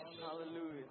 Hallelujah